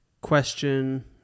question